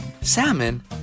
salmon